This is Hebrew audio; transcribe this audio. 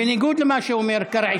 זה בניגוד למה שאומר קרעי,